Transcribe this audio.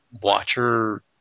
watcher